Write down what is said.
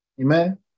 amen